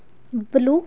blue